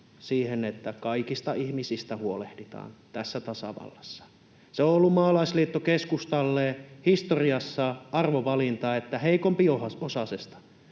siihen, että kaikista ihmisistä huolehditaan tässä tasavallassa. Se on ollut maalaisliitto-keskustalle historiassa arvovalinta, että heikompiosaisesta,